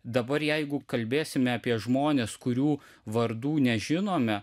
dabar jeigu kalbėsime apie žmones kurių vardų nežinome